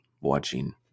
watching